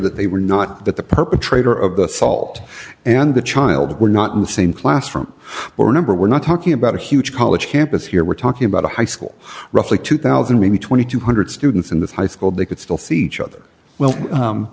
that they were not that the perpetrator of the assault and the child were not in the same classroom or number we're not talking about a huge college campus here we're talking about a high school roughly two thousand maybe two thousand two hundred students in that high school they could still see each other well